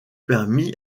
permis